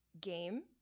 game